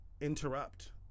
interrupt